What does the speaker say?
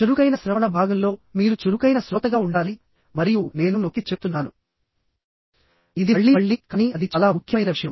చురుకైన శ్రవణ భాగంలో మీరు చురుకైన శ్రోతగా ఉండాలి మరియు నేను నొక్కి చెప్తున్నాను ఇది మళ్ళీ మళ్ళీ కానీ అది చాలా ముఖ్యమైన విషయం